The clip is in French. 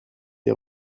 les